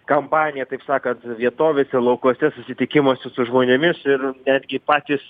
kampanija taip sakant vietovėse laukuose susitikimuose su žmonėmis ir netgi patys